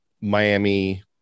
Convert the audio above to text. Miami